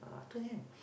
I told them